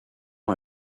nom